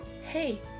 Hey